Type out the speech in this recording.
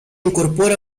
incorpora